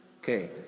Okay